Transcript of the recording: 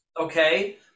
okay